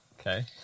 okay